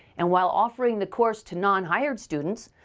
and while offering the course to non-hired students,